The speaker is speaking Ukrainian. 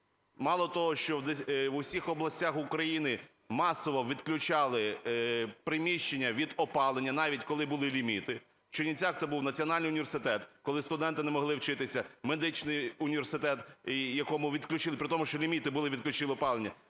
Мало того, що в усіх областях України масово відключали приміщення від опалення, навіть коли були ліміти, в Чернівцях це був національний університет, коли студенти не могли вчитися, медичний університет, якому відключили, при тому, що ліміти були, відключили опалення.